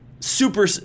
super